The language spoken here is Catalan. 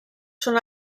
són